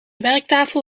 werktafel